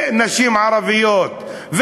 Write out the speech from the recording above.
ונשים ערביות,